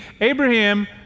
Abraham